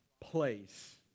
place